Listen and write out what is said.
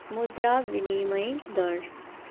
मुद्रा विनिमय दर